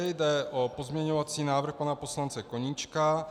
Jde o pozměňovací návrh pana poslance Koníčka.